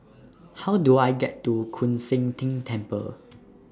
How Do I get to Koon Seng Ting Temple